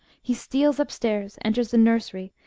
he steals upstairs, enters the nurseiy,